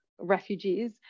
refugees